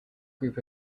group